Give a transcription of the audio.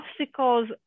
obstacles